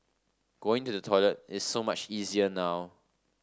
going to the toilet is so much easier now